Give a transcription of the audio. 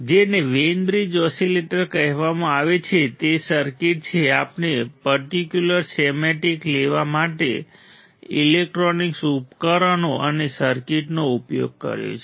જેને Wien bridge oscillator કહેવામાં આવે છે તે સર્કિટ છે આપણે પર્ટિક્યુલર સ્કીમેટિક લેવા માટે ઇલેક્ટ્રોનિક ઉપકરણો અને સર્કિટનો ઉપયોગ કર્યો છે